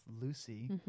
Lucy